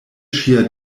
ŝia